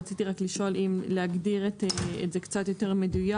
רציתי רק לשאול אם להגדיר את זה קצת יותר מדויק